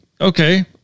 okay